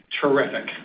terrific